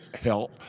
help